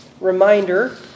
reminder